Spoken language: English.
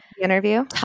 interview